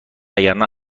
وگرنه